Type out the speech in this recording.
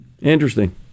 Interesting